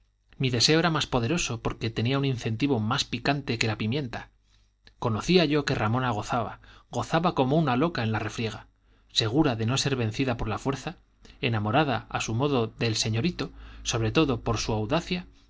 mi deseo era más poderoso porque tenía un incentivo más picante que la pimienta conocía yo que ramona gozaba gozaba como una loca en la refriega segura de no ser vencida por la fuerza enamorada a su modo del señorito sobre todo por su audacia